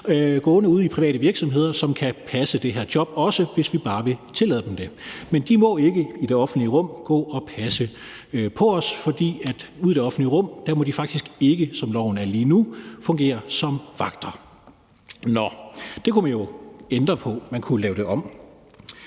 går ude i private virksomheder, og som ville kunne passe det her job, hvis vi bare ville tillade dem det. Men de må ikke passe på os i det offentlige rum, for ude i det offentlige rum må de faktisk ikke, som loven er lige nu, fungere som vagter. Det kunne man jo ændre på, man kunne lave det om.